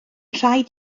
rhaid